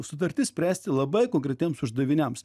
sutartis spręsti labai konkretiems uždaviniams